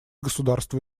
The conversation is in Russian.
государства